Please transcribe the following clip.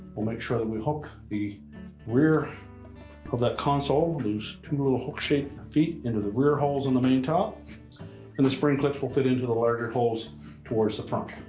we'll make sure that we hook the rear of that console, those two little hook shape feet into the rear holes on the main top and the spring clips will fit into the larger holes towards the front.